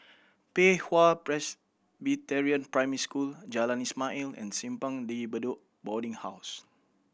Pei Hwa Presbyterian Primary School Jalan Ismail and Simpang De Bedok Boarding House